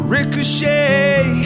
Ricochet